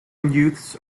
youths